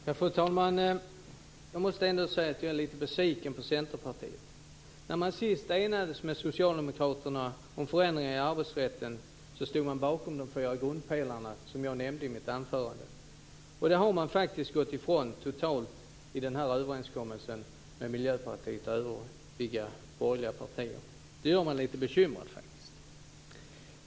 Fru talman! Jag måste ändå säga att jag är lite besviken på Centerpartiet. När man senast enades med Socialdemokraterna om förändringar i arbetsrätten stod man bakom de fyra grundpelarna, som jag nämnde i mitt anförande. Det har man gått ifrån totalt i den här överenskommelsen med Miljöpartiet och med de övriga borgerliga partierna. Det gör mig faktiskt lite bekymrad.